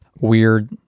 weird